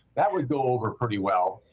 that would go over pretty well.